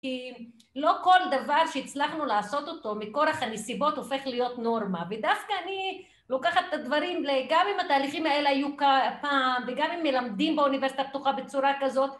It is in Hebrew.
כי לא כל דבר שהצלחנו לעשות אותו מכורח הנסיבות הופך להיות נורמה ודווקא אני לוקחת את הדברים, גם אם התהליכים האלה היו פעם וגם אם מלמדים באוניברסיטה הפתוחה בצורה כזאת